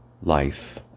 life